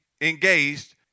engaged